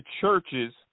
churches